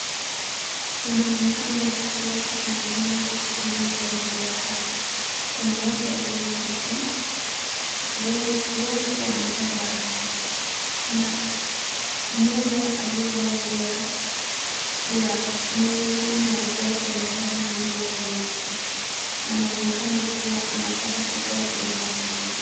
Inaonekana kuwa kuna jambo linaloendelea hapa. Kuna watu walioketi, wote wamevaa barakoa. Kuna mmoja aliyevaa nguo ya nyeusi na juu yake amevaa nguo ya nyeupe, anaonekana kuwa anatoka kutoa huduma fulani.